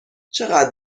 چقدر